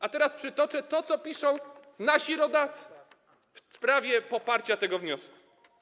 A teraz przytoczę to, co piszą nasi rodacy w sprawie poparcia tego wniosku.